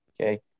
Okay